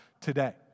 today